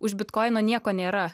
už bitkoino nieko nėra